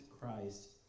Christ